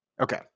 Okay